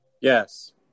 Yes